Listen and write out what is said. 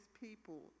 people